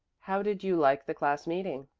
how did you like the class-meeting?